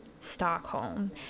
Stockholm